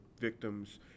victims